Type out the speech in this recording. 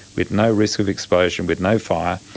with no risk of exposure, and with no fire.